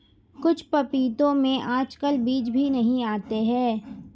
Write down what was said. कुछ पपीतों में आजकल बीज भी नहीं आते हैं